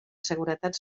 seguretat